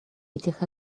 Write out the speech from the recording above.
этих